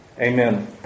Amen